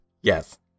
Yes